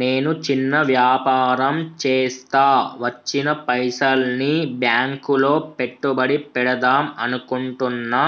నేను చిన్న వ్యాపారం చేస్తా వచ్చిన పైసల్ని బ్యాంకులో పెట్టుబడి పెడదాం అనుకుంటున్నా